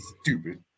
stupid